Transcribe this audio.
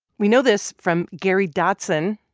we know this from gary dotson.